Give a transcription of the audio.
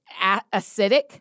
acidic